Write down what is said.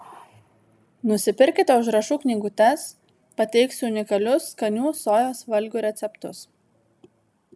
nusipirkite užrašų knygutes pateiksiu unikalius skanių sojos valgių receptus